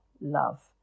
love